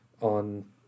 on